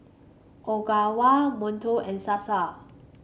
Ogawa Monto and Sasa